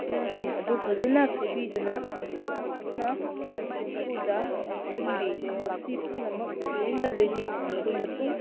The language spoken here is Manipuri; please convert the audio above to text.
ꯆꯦꯡꯁꯤꯡ ꯑꯗꯨ ꯐꯖꯅ ꯈꯩꯕꯤꯗꯨꯅ ꯃꯟꯊꯣꯛꯇꯨꯅ ꯆꯦꯡꯐꯨꯗ ꯍꯥꯞꯆꯤꯟꯕꯤ ꯃꯁꯤ ꯄꯨꯝꯅꯃꯛ ꯂꯣꯏꯅ ꯔꯦꯗꯤ ꯊꯝꯂꯕ ꯃꯇꯨꯡ